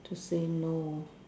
to say no